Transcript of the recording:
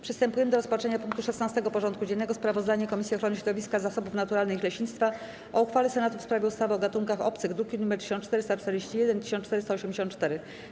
Przystępujemy do rozpatrzenia punktu 16. porządku dziennego: Sprawozdanie Komisji Ochrony Środowiska, Zasobów Naturalnych i Leśnictwa o uchwale Senatu w sprawie ustawy o gatunkach obcych (druki nr 1441 i 1484)